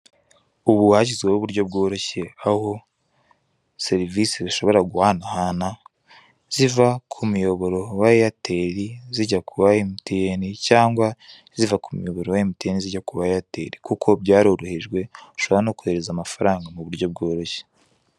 Ubu hashyizweho uburyo bworoshye, aho serivise zishobora guhanahana ziva ku muyoboro wa eyateli, zijya ku wa emuyiyene, cyangwa ziva ku muyoboro wa emutiyene, zijya ku wa eyateli. Kuko byarorohejwe, ushobora no kohereza amafaranga mu buryo bworoshye.